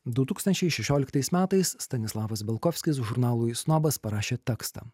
du tūkstančiai šešioliktais metais stanislavos belkovskis žurnalui snobas parašė tekstą